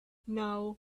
now